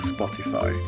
Spotify